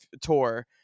tour